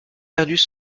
perdus